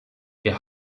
wir